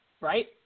Right